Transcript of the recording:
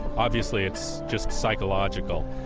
obviously, it's just psychological,